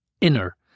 inner